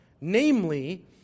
namely